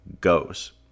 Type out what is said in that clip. goes